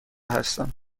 هستم